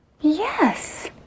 Yes